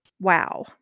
wow